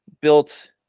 built